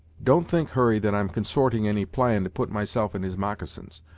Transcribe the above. don't think, hurry, that i'm consorting any plan to put myself in his moccasins,